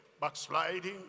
Backsliding